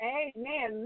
amen